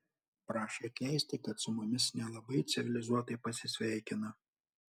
prašė atleisti kad su mumis nelabai civilizuotai pasisveikino